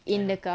I know